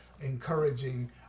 encouraging